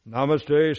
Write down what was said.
Namaste